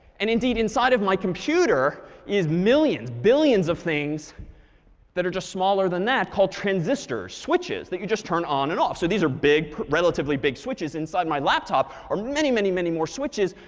and indeed, inside of my computer is millions, billions of things that are just smaller than that, called transistors, switches, that you just turn on and off. so these are big relatively big switches inside my laptop are many, many, many, many more switches.